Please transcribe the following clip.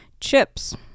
Chips